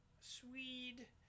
Swede